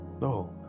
No